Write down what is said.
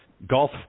Golf